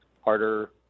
harder